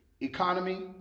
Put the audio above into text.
economy